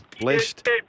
Blessed